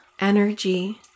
energy